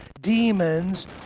demons